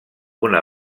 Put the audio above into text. una